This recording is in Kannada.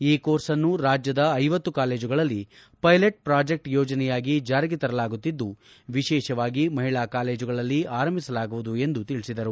ಈ ಕೋರ್ಸ್ನ್ನು ರಾಜ್ಯದ ಐವತ್ತು ಕಾಲೇಜುಗಳಲ್ಲಿ ಫೈಲಟ್ ಪ್ರಾಜಿಕ್ಟ್ ಯೋಜನೆಯಾಗಿ ಜಾರಿಗೆ ತರಲಾಗುತ್ತಿದ್ದು ವಿಶೇಷವಾಗಿ ಮಹಿಳಾ ಕಾಲೇಜುಗಳಲ್ಲಿ ಆರಂಭಿಸಲಾಗುವುದು ಎಂದು ತಿಳಿಸಿದರು